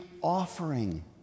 offering